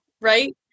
Right